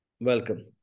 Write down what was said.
Welcome